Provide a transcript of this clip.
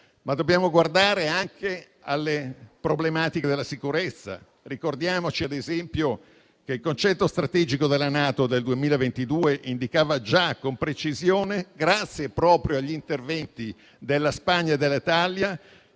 Dobbiamo guardare anche alle problematiche della sicurezza. Ricordiamoci ad esempio che il Concetto strategico della NATO del 2022 indicava già con precisione, grazie proprio agli interventi della Spagna e dell'Italia,